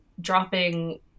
dropping